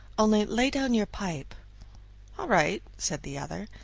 only lay down your pipe. all right, said the other,